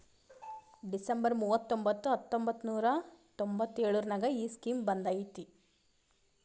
December ಮೂವತೊಂಬತ್ತು ಹತ್ತೊಂಬತ್ತು ನೂರಾ ತೊಂಬತ್ತು ಎಳುರ್ನಾಗ ಈ ಸ್ಕೀಮ್ ಬಂದ್ ಐಯ್ತ